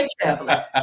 traveler